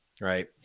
right